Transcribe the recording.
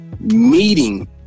meeting